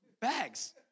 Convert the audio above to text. bags